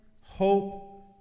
hope